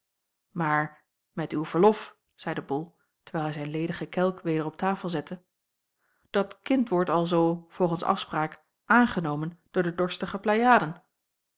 maar met uw verlof zeide bol terwijl hij zijn ledigen kelk weder op tafel zette dat kind wordt alzoo volgens afspraak aangenomen door de dorstige pleiaden